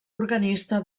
organista